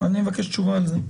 מבקש תשובה על זה.